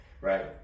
right